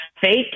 fake